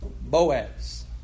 Boaz